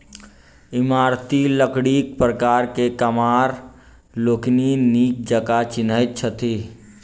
इमारती लकड़ीक प्रकार के कमार लोकनि नीक जकाँ चिन्हैत छथि